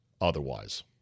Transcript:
otherwise